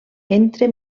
entre